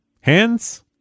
Hands